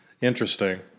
Interesting